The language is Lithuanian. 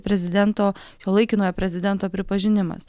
prezidento šio laikinojo prezidento pripažinimas